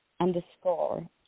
underscore